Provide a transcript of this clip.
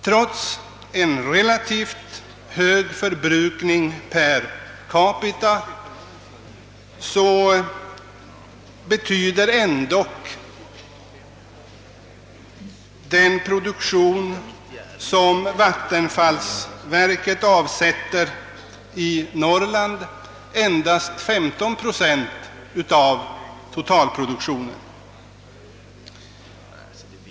Trots en relativt hög förbrukning per capita utgör alltså den produktion av elkraft, som vattenfallsverket avsätter i Norrland, endast 15 procent av totalproduktionen.